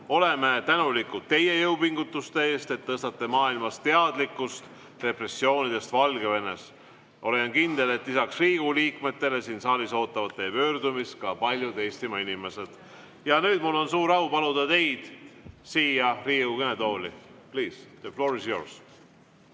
Oleme tänulikud teie jõupingutuste eest, et tõstate maailmas teadlikkust repressioonidest Valgevenes. Olen kindel, et lisaks Riigikogu liikmetele siin saalis ootavad teie pöördumist ka paljud Eestimaa inimesed. Mul on suur au paluda teid siia Riigikogu kõnetooli. Please! The floor is yours.